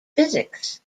physics